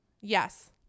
Yes